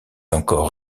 encore